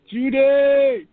Judy